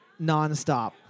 nonstop